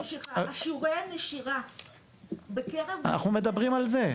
שיעורי הנשירה בקרב --- אנחנו מדברים על זה,